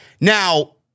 Now